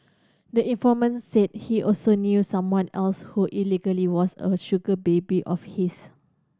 the informant said he also knew someone else who allegedly was a sugar baby of his